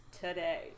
today